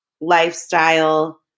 lifestyle